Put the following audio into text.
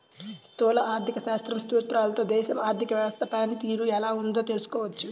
స్థూల ఆర్థిక శాస్త్రం సూత్రాలతో దేశంలో ఆర్థిక వ్యవస్థ పనితీరు ఎలా ఉందో తెలుసుకోవచ్చు